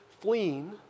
fleeing